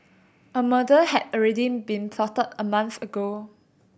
a murder had already been plotted a month ago